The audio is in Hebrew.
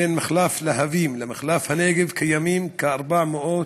בין מחלף להבים למחלף הנגב, קיימים כ-400,